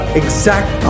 exact